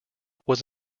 was